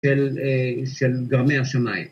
‫של גרמי השמיים.